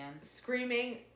screaming